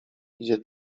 idzie